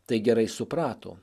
tai gerai suprato